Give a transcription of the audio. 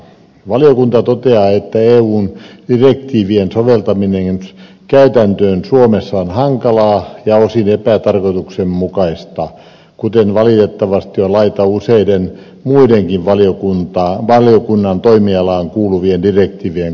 valiokunta toteaa että eun direktiivien soveltaminen käytäntöön suomessa on hankalaa ja osin epätarkoituksenmukaista kuten valitettavasti on laita useiden muidenkin valiokunnan toimialaan kuuluvien direktiivien kohdalla